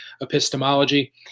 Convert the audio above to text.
epistemology